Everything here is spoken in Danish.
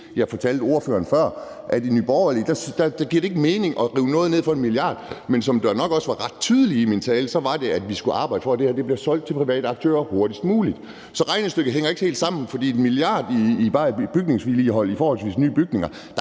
jeg fortalte ordføreren før, nemlig at for os i Nye Borgerlige giver det ikke mening at rive noget ned for 1 mia. kr. Men det var nok også ret tydeligt i min tale, at vi skal arbejde for, at det her bliver solgt til private aktører hurtigst muligt. Så regnestykket hænger ikke helt sammen. For med 1 mia. kr. i bare bygningsvedligehold af forholdsvis nye bygninger